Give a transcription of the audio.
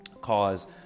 cause